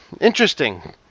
interesting